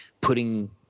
putting